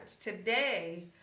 Today